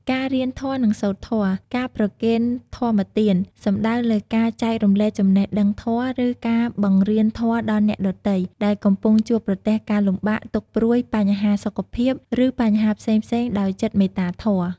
ការរៀនធម៌ និងសូត្រធម៌ ការប្រគេនធម្មទាន សំដៅលើការចែករំលែកចំណេះដឹងធម៌ ឬការបង្រៀនធម៌ដល់អ្នកដទៃ ដែលកំពុងជួបប្រទះការលំបាក ទុក្ខព្រួយ បញ្ហាសុខភាព ឬបញ្ហាផ្សេងៗដោយចិត្តមេត្តាធម៌។